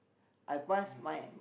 I passed my